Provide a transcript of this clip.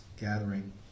gathering